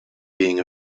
being